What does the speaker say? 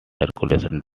circulating